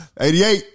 88